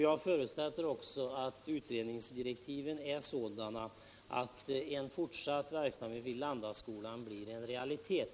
Jag förutsätter också att utredningsdirektiven är sådana att en fortsatt verksamhet i Landaskolan blir en realitet.